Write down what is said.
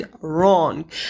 wrong